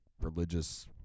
religious